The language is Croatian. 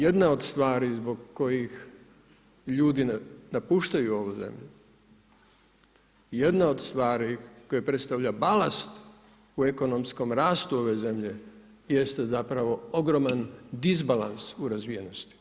Jedna od stvari zbog kojih ljudi napuštaju ovu zemlju, jedna od stvari koji predstavlja balans u ekonomskom rastu ove zemlje, jeste zapravo ogroman disbalans u razvijenosti.